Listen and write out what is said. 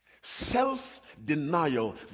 self-denial